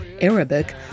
Arabic